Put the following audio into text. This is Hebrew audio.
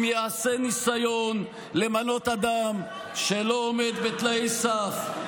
אם ייעשה ניסיון למנות אדם שלא עומד בתנאי סף,